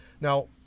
Now